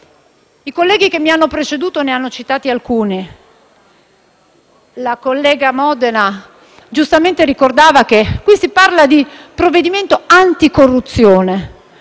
I colleghi che mi hanno preceduto ne hanno citati alcuni. La senatrice Modena, giustamente, ha ricordato che qui si parla di provvedimento anticorruzione,